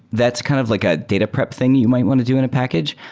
that's kind of like a data prep thing you might want to do in a package.